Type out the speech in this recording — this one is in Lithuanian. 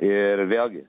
ir vėlgi